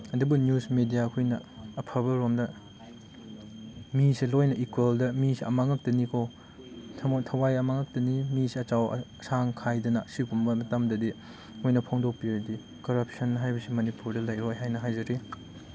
ꯑꯗꯨꯕꯨ news media ꯑꯩꯈꯣꯏꯅ ꯑꯐꯕꯔꯣꯝꯗ ꯃꯤꯁꯦ ꯂꯣꯏꯅ ꯏꯀ꯭ꯋꯦꯜꯗ ꯃꯤꯁꯦ ꯑꯃ ꯉꯛꯇꯅꯤꯀꯣ ꯊꯋꯥꯏ ꯑꯃꯈꯛꯇꯅꯤ ꯃꯤꯁꯦ ꯑꯆꯧ ꯑꯁꯥꯡ ꯈꯥꯏꯗꯅ ꯁꯤꯒꯨꯝꯕ ꯃꯇꯝꯗꯗꯤ ꯃꯣꯏꯅ ꯐꯣꯡꯗꯣꯛꯄꯤꯔꯗꯤ ꯀꯔꯞꯁꯟ ꯍꯥꯏꯕꯁꯤ ꯃꯅꯤꯄꯨꯔꯗ ꯂꯩꯔꯣꯏ ꯍꯥꯏꯅ ꯍꯥꯏꯖꯔꯤ